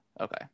okay